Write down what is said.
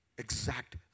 exact